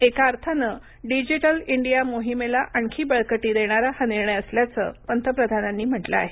एका अर्थांन digital India मोहिमेला आणखी बळकटी देणारा हा निर्णय असल्याचं पंतप्रधानांनी म्हटलं आहे